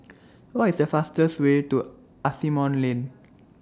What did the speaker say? What IS The fastest Way to Asimont Lane